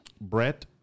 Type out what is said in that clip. Brett